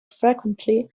frequently